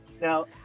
now